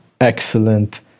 excellent